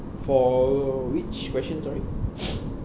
for which question sorry